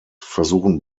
versuchen